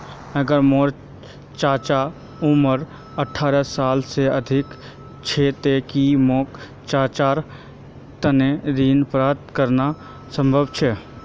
अगर मोर चाचा उम्र साठ साल से अधिक छे ते कि मोर चाचार तने ऋण प्राप्त करना संभव छे?